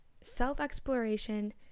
self-exploration